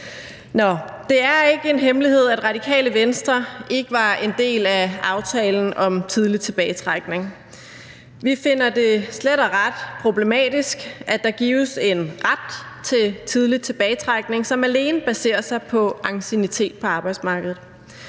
Nå, det er ikke en hemmelighed, at Radikale Venstre ikke var en del af aftalen om tidlig tilbagetrækning. Vi finder det slet og ret problematisk, at der gives en ret til tidlig tilbagetrækning, som alene baserer sig på anciennitet på arbejdsmarkedet.